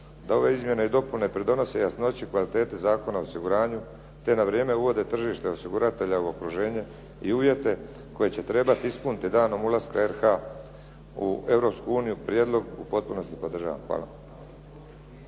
da ove izmjene i dopune pridonose jasnoći kvalitete Zakona o osiguranju te na vrijeme uvode tržište osiguratelja u okruženje i uvjete koje će trebati ispuniti danom ulaska RH u Europsku uniju prijedlog u potpunosti podržavam. Hvala.